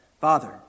Father